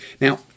Now